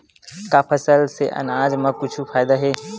का फसल से आनाज मा कुछु फ़ायदा हे?